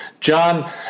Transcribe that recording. John